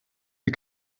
die